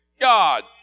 God